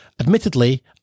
admittedly